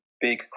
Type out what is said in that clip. big